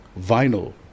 vinyl